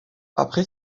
après